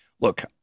look